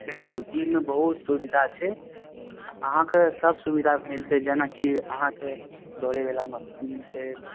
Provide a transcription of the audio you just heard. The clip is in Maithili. देखू जिममे बहुत सुबिधा छै आ अहाँके सब सुबिधा मिलतै जेनाकि अहाँके दौड़ेबला मशीन मिलतै